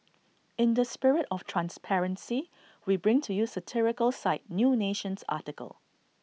in the spirit of transparency we bring to you satirical site new nation's article